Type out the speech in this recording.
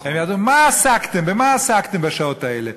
יגידו: במה עסקתם בשעות האלה?